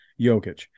Jokic